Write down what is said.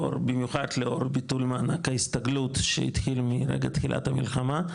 במיוחד לאור ביטול מענק ההסתגלות שהתחיל מרגע תחילת המלחמה,